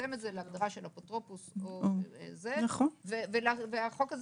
לצמצם את זה להגדרה של אפוטרופוס, והחוק הזה